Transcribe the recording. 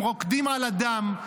הם רוקדים על הדם,